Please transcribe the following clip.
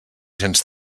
cents